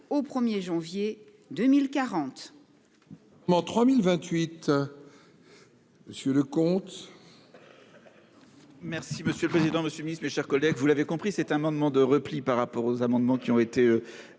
au 1 janvier 2040.